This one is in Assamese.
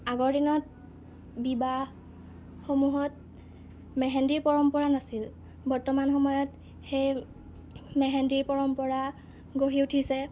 আগৰ দিনত বিবাহসমূহত মেহেন্দীৰ পৰম্পৰা নাছিল বৰ্তমান সময়ত সেই মেহেন্দীৰ পৰম্পৰা গঢ়ি উঠিছে